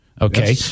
Okay